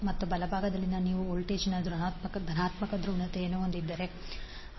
ಮತ್ತು ಬಲಭಾಗದಲ್ಲಿ ನೀವು ವೋಲ್ಟೇಜ್ನ ಧನಾತ್ಮಕ ಧ್ರುವೀಯತೆಯನ್ನು ಹೊಂದಿದ್ದೀರಿ